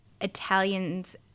Italians